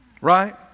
Right